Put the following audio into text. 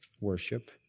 worship